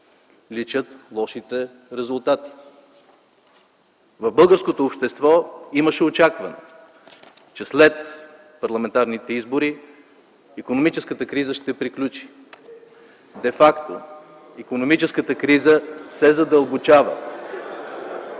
личат лошите резултати. В българското общество имаше очаквания, че след парламентарните избори икономическата криза ще приключи. Де факто икономическата криза се задълбочава.